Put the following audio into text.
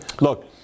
Look